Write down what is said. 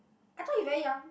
I thought he very young